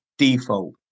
default